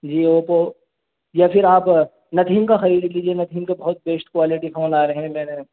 جی Oppo یا پھر آپ نتھنگ کا خرید لیجیے نتھنگ کا بہت بیشٹ کوالٹی فون آ رہے ہیں میں نے